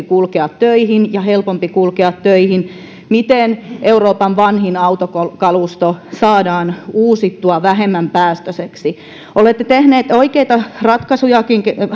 kulkea töihin ja helpompi kulkea töihin miten euroopan vanhin autokalusto saadaan uusittua vähemmän päästöiseksi olette tehneet varmasti oikeitakin ratkaisuja